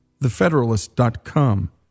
thefederalist.com